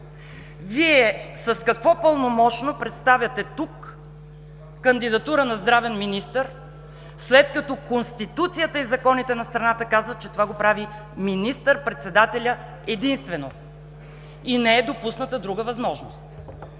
Вие с какво пълномощно представяте тук кандидатура на здравен министър, след като Конституцията и законите на страната казват, че това го прави министър-председателят единствено? И не е допусната друга възможност.